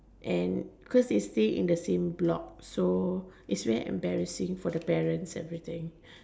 and cause you stay in the same block so it's very embarrassing for the parents everything